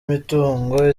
mitungo